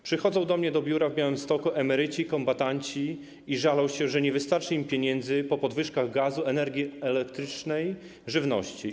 Przychodzą do mnie do biura w Białymstoku emeryci, kombatanci i żalą się, że nie wystarczy im pieniędzy po podwyżkach gazu, energii elektrycznej i żywności.